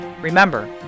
Remember